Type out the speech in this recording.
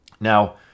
Now